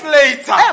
later